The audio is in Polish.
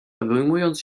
obejmując